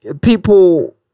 people